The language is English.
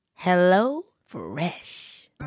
HelloFresh